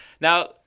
Now